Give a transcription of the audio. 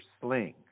sling